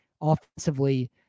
offensively